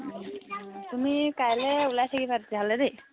তুমি কাইলৈ ওলাই থাকিবা তেতিয়াহ'লে দেই